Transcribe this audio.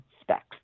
specs